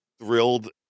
thrilled